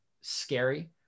scary